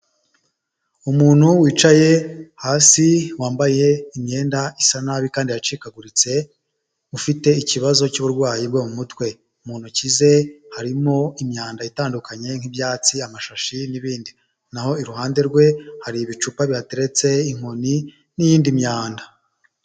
Umuntu wicaye hasi wambaye imyenda isa nabi kandi yacikaguritse, ufite ikibazo cy'uburwayi bwo mu mutwe, mu ntoki ze harimo imyanda itandukanye nk'ibyatsi, amashashi n'ibindi, naho iruhande rwe hari ibicupa bihateretse, inkoni n'iyindi myanda.